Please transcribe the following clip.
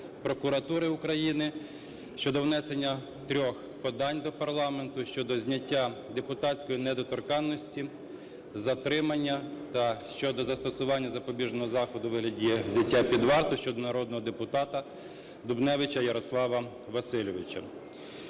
прокуратури України щодо внесення трьох подань до парламенту щодо зняття депутатської недоторканності, затримання та щодо застосування запобіжного заходу у вигляді взяття під варту щодо народного депутата Дубневича Ярослава Васильовича.